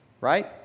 right